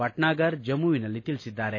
ಭಟ್ನಾಗರ್ ಜಮ್ಮವಿನಲ್ಲಿ ತಿಳಿಸಿದ್ದಾರೆ